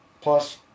Plus